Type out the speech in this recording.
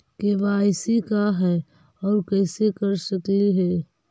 KYC का है, और कैसे कर सकली हे?